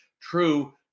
true